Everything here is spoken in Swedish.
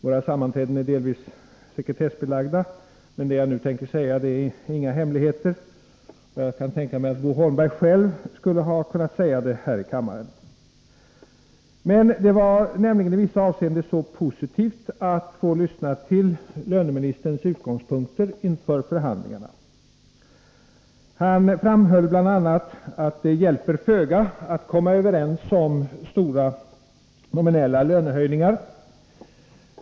Våra sammanträden är delvis sekretessbelagda, men det jag nu tänker säga är inga hemligheter. Jag kan tänka mig att Bo Holmberg själv skulle ha kunnat säga det här i kammaren. Det var i vissa avseenden positivt att få lyssna till löneministerns utgångspunkter inför förhandlingarna. Han framhöll bl.a. att det hjälper föga att komma överens om stora nominella lönehöjningar.